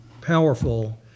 powerful